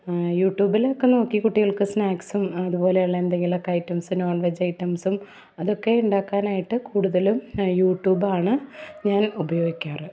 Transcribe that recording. യൂട്യൂബിലൊക്കെ നോക്കി കുട്ടികൾക്ക് സ്നാക്ക്സ്സും അത്പോലെ ഉള്ള എന്തെങ്കിലുവക്കെ ഐറ്റംസ്സ് നോൺവെജ് ഐറ്റംസ്സും അതൊക്കെ ഉണ്ടാക്കാനായിട്ട് കൂടുതലും യൂട്യൂബാണ് ഞാൻ ഉപയോഗിക്കാറ്